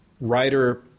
writer